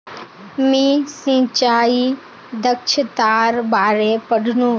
मी सिंचाई दक्षतार बारे पढ़नु